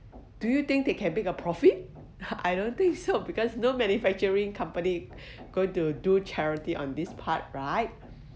do you think they can make a profit I don't think so because no manufacturing company going to do charity on this part right